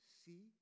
see